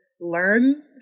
learn